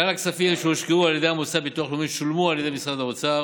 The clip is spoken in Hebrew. כלל הכספים שהושקעו על ידי המוסד לביטוח לאומי שולמו על ידי משרד האוצר